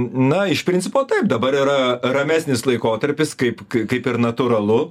na iš principo taip dabar yra ramesnis laikotarpis kaip kai kaip ir natūralu